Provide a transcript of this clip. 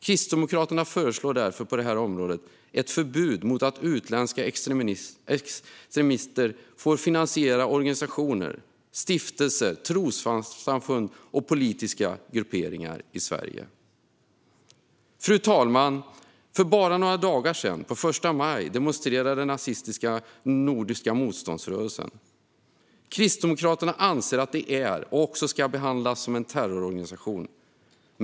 På detta område föreslår därför Kristdemokraterna ett förbud mot att utländska extremister får finansiera organisationer, stiftelser, trossamfund och politiska grupperingar i Sverige. Fru talman! För bara några dagar sedan, på första maj, demonstrerade nazistiska Nordiska motståndsrörelsen. Kristdemokraterna anser att de är och ska behandlas som en terrororganisation.